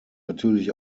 natürlich